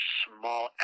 small